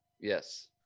Yes